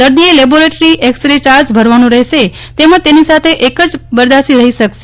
દર્દીએ laboratory X ray યાર્જ ભરવાનો રહેશે તેમજ તેની સાથે એક જ બરદાસી રહી શકશે